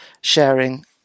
sharing